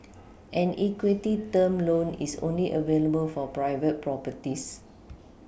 an equity term loan is only available for private properties